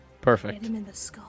Perfect